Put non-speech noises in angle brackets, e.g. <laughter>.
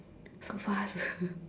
so fast <breath>